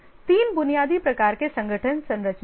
तीन बुनियादी प्रकार के संगठन संरचनाएं हैं